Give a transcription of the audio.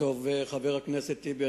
חבר הכנסת טיבי,